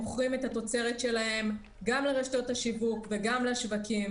מוכרים את התוצרת שלהם גם לרשתות השיווק וגם לשווקים.